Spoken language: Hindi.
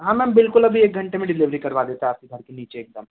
हाँ मैम बिल्कुल अभी एक घंटे में डिलेवरी करवा देता आपके घर के नीचे एकदम